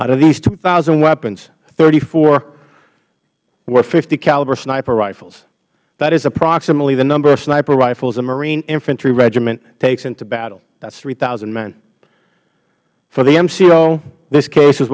under these two thousand weapons thirty four were caliber sniper rifles that is approximately the number of sniper rifles a marine infantry regiment takes into battle that's three thousand men for the mco this case is